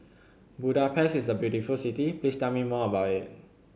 Budapest is a beautiful city please tell me more about it